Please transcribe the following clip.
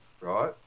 right